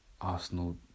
Arsenal